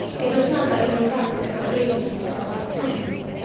it was not by any process of reasoning at all, i fancy,